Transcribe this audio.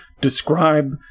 describe